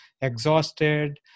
exhausted